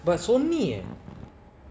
but so near ah